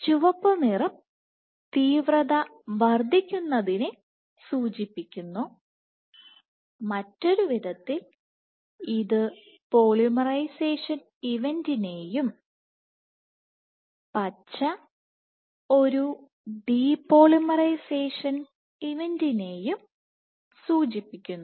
ചുവപ്പുനിറം തീവ്രത വർദ്ധിക്കുന്നതിനെ സൂചിപ്പിക്കുന്നു മറ്റൊരു വിധത്തിൽ ഇത് പോളിമറൈസേഷൻ ഇവന്റിനെയും പച്ച ഒരു ഡി പോളിമറൈസേഷൻ ഇവന്റിനെയും സൂചിപ്പിക്കുന്നു